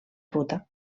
ruta